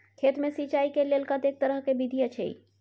खेत मे सिंचाई के लेल कतेक तरह के विधी अछि?